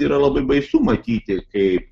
yra labai baisu matyti kaip